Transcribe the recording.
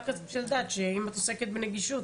רק רציתי לדעת אם את עוסקת בנגישות,